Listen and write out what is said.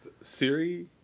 Siri